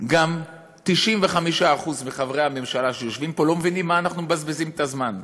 גם 95% מחברי הממשלה שיושבים פה לא מבינים מה אנחנו מבזבזים את הזמן,